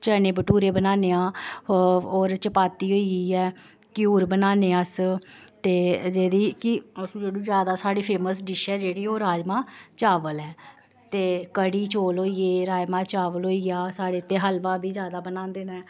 चने भठूरे बनान्ने आं होर चपाती होई गेई ऐ क्यूर बनान्ने आं अस ते जेह्दी कि मतलब कि ज्यादा जेह्ड़ी फेमस डिश ऐ साढ़ी ओह् राजमांह् चावल ते कड़ी चौल होई गे राजमांह् चावल होई गेआ साढ़े इत्थे हलवा बी ज्यादा बनांदे न